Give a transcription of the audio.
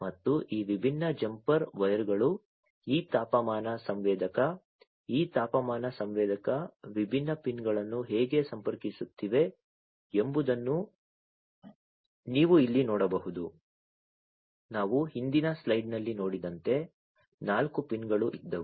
ಮತ್ತು ಈ ವಿಭಿನ್ನ ಜಂಪರ್ ವೈರ್ಗಳು ಈ ತಾಪಮಾನ ಸಂವೇದಕ ಈ ತಾಪಮಾನ ಸಂವೇದಕ ವಿಭಿನ್ನ ಪಿನ್ಗಳನ್ನು ಹೇಗೆ ಸಂಪರ್ಕಿಸುತ್ತಿವೆ ಎಂಬುದನ್ನು ನೀವು ಇಲ್ಲಿ ನೋಡಬಹುದು ನಾವು ಹಿಂದಿನ ಸ್ಲೈಡ್ನಲ್ಲಿ ನೋಡಿದಂತೆ ನಾಲ್ಕು ಪಿನ್ಗಳು ಇದ್ದವು